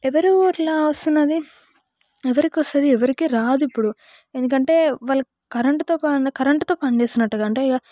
ఎవరు అట్లా వస్తున్నది ఎవరికి వస్తుంది ఎవరికి రాదు ఇప్పుడు ఎందుకంటే వాళ్ళు కరెంట్తో పని కరెంటుతో పని చేస్తున్నట్టుగా అంటే ఇగ